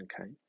Okay